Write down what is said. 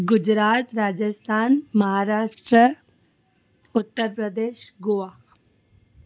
Gujarat Rajasthan Maharashtra Uttar Pradesh Goa